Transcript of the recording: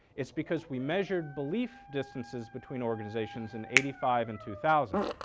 it's because we measured belief distances between organizations in eighty five and two thousand.